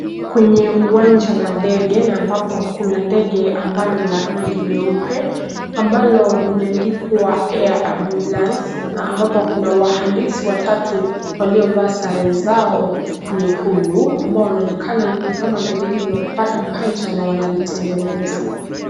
Kwenye uwanja wa ndege na ambapo kuna ndege ambalo ni la rangi nyeupe, ambalo limeandikwa Air Ambulance na ambapo kuna wahandisi watatu waliovaa sare zao nyekundu, ambao wanaonekana ni kama ndege hili limepata puncture na wanalitengeneza.